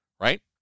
right